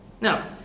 Now